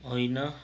होइन